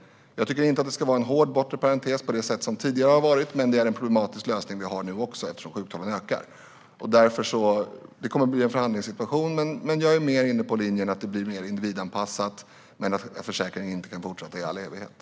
Jag tycker inte att det ska vara en hård bortre parentes på det sätt som tidigare varit fallet, men den lösning vi har nu är också problematisk, eftersom sjukdomarna ökar. Det kommer att bli en förhandlingssituation. Jag är inne på linjen att det blir mer individanpassat, men att försäkringen inte kan fortsätta i all evighet.